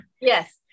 yes